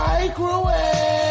Microwave